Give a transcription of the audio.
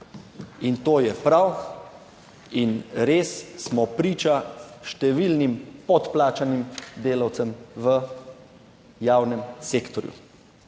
in to je prav. In res smo priča številnim podplačanim delavcem v javnem sektorju.